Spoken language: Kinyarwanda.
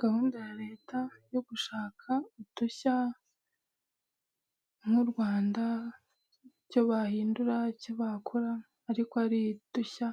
Gahunda ya Leta yo gushaka udushya nk'u Rwanda icyo bahindura icyo bakora ariko hari udushya